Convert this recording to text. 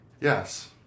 Yes